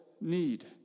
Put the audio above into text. need